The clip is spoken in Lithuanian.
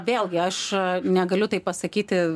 vėlgi aš negaliu tai pasakyti